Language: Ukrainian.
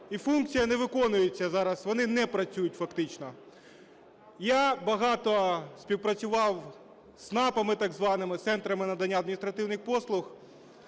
і функція не виконується зараз, вони не працюють фактично. Я багато співпрацював з ЦНАПами так званими, з центрами надання адміністративних послуг.